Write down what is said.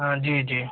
हाँ जी जी